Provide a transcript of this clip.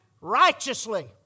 righteously